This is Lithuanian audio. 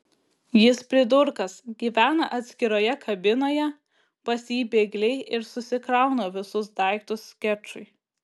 jis pridurkas gyvena atskiroje kabinoje pas jį bėgliai ir susikrauna visus daiktus skečui